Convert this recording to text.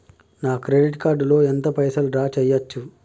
నా credit card లో ఎంత పైసల్ డ్రా చేయచ్చు?